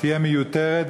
תהיה מיותרת,